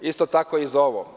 Isto tako i za ovo.